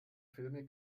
filme